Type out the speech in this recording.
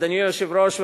אדוני היושב-ראש,